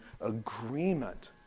agreement